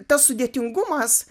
tas sudėtingumas